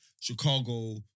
Chicago